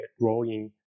growing